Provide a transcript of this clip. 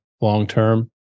long-term